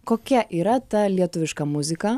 kokia yra ta lietuviška muzika